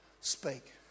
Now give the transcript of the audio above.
speak